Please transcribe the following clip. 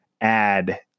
add